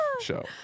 show